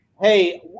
Hey